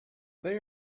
they